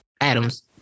Adams